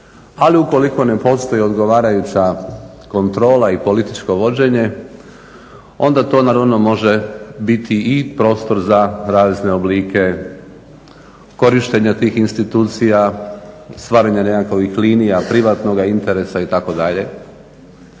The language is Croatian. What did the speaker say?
Ali ukoliko ne postoji odgovarajuća kontrola i političko vođenje, onda to naravno može biti i prostor za razne oblike korištenja tih institucija, stvaranja nekakovih linija privatnoga interesa itd.